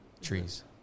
Trees